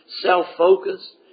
self-focused